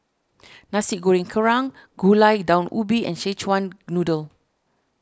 Nasi Goreng Kerang Gulai Daun Ubi and Szechuan Noodle